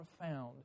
profound